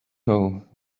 know